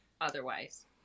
otherwise